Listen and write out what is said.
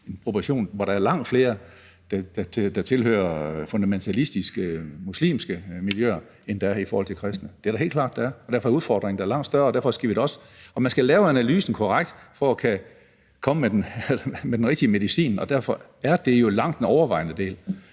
en proportion, hvor der er langt flere, der tilhører fundamentalistiske muslimske miljøer, end der er i forhold til kristne. Det er det da helt klart at der er. Derfor er udfordringen da langt større, og man skal lave analysen korrekt for at kunne komme med den rigtige medicin, og derfor er det jo langt den overvejende del.